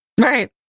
Right